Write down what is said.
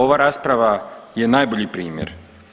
Ova rasprava je najbolji primjer.